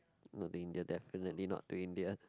not to India definitely not to India